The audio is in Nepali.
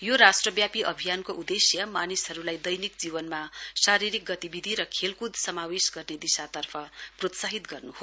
यो राष्ट्रव्यापी अभियानको उद्देश्य मानिसहरूलाई दैनिक जीवनमा शारीरिक गतिविधि र खेलकुद समावेश गर्ने दिशातर्फ प्रोत्साहित गर्नु हो